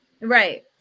Right